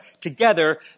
together